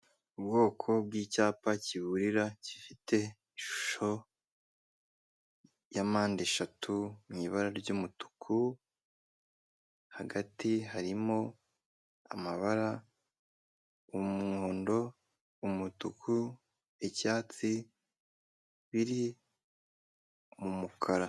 Ubwoko bw'icyapa kiburira gifite ishusho ya mpande eshatu mu ibara ry'umutuku, hagati harimo amabara: umuhondo, umutuku, icyatsi; biri mu mukara.